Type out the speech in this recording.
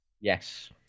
yes